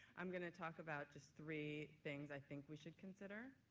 i'm going to talk about just three things i think we should consider.